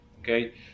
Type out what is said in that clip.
Okay